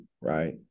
right